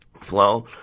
Flow